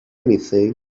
anything